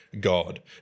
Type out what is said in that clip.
God